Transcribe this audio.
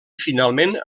finalment